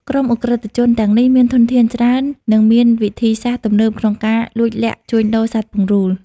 ក្រុមឧក្រិដ្ឋជនទាំងនេះមានធនធានច្រើន និងមានវិធីសាស្រ្តទំនើបក្នុងការលួចលាក់ជួញដូរសត្វពង្រូល។